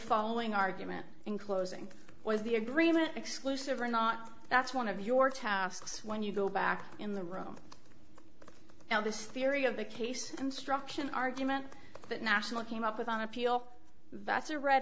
following argument in closing was the agreement exclusive or not that's one of your tasks when you go back in the room now this theory of the case construction argument that national came up with on appeal that's a red